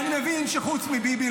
אני מבין שחוץ מביבי,